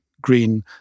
green